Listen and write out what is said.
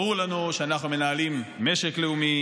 ברור לנו שאנחנו מנהלים משק לאומי,